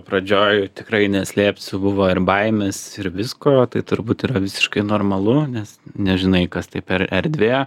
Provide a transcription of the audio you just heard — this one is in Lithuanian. pradžioj tikrai neslėpsiu buvo ir baimes ir visko tai turbūt yra visiškai normalu nes nežinai kas tai per erdvė